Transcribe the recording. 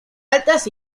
altas